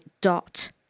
dot